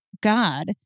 God